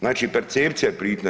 Znači percepcija je bitna.